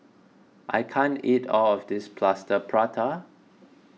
I can't eat all of this Plaster Prata